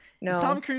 No